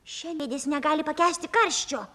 šiandien jis negali pakęsti karščio